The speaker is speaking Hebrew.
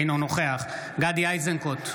אינו נוכח גדי איזנקוט,